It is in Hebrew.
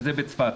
שזה בצפת.